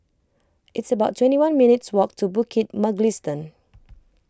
it's about twenty one minutes' walk to Bukit Mugliston